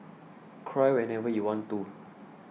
cry whenever you want to